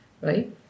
right